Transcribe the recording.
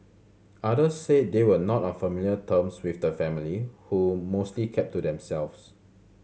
others said they were not on familiar terms with the family who mostly kept to themselves